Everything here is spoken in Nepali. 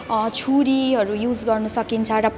छुरीहरू युज गर्नु सकिन्छ र